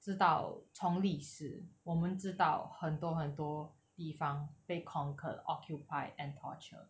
知道从历史我们知道很多很多地方被 conquered occupied and torture